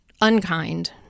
unkind